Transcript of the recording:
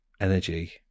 energy